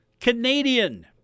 Canadian